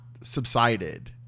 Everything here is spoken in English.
subsided